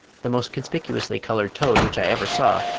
the most conspicuously-coloured toad which i ever saw,